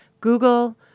Google